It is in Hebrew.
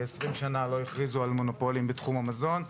כ-20 שנה לא הכריזו על מונופולין בתחום המזון.